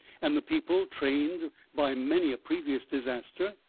and the people, trained by many a previous disaster,